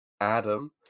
Adam